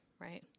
right